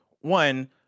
one